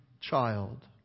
child